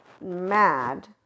mad